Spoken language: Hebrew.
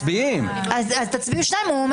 הצבעה לא אושרו.